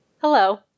Hello